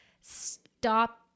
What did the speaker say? stop